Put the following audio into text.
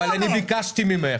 אני ביקשתי ממך.